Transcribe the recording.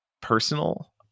personal